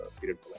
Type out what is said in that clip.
period